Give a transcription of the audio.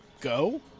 Go